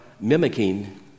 mimicking